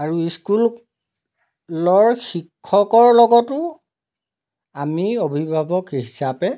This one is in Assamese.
আৰু স্কুলৰ শিক্ষকৰ লগতো আমি অভিভাৱক হিচাপে